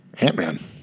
Ant-Man